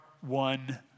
one